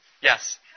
Yes